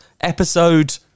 episode